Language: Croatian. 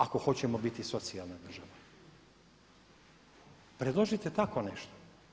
Ako hoćemo biti socijala država predložite tako nešto.